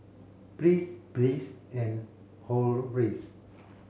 Briss Bliss and Horace